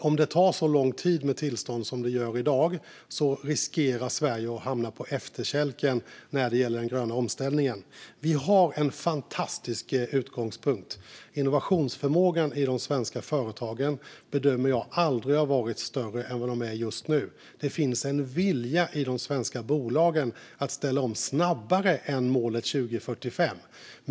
Om det tar så lång tid för att få tillstånd som det gör i dag riskerar Sverige att hamna på efterkälken i den gröna omställningen. Vi har en fantastisk utgångspunkt. Innovationsförmågan i de svenska företagen har, bedömer jag, aldrig varit större än vad den är just nu. Det finns en vilja i de svenska bolagen att ställa om snabbare än målet 2045.